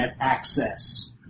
access